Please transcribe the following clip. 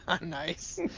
Nice